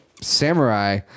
samurai